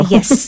Yes